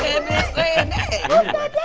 i